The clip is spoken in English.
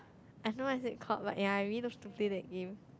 I don't know what's it called but ya I really love to play that game